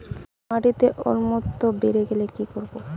মাটিতে অম্লত্ব বেড়েগেলে কি করব?